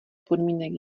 podmínek